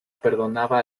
perdonaba